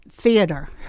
theater